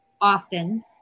often